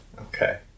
Okay